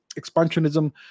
expansionism